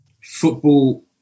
football